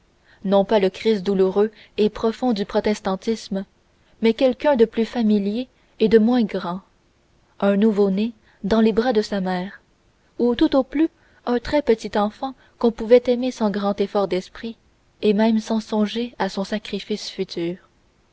non pas le christ douloureux et profond du protestantisme mais quelqu'un de plus familier et de moins grand un nouveau-né dans les bras de sa mère ou tout au plus un très petit enfant qu'on pouvait aimer sans grand effort d'esprit et même songer à son sacrifice futur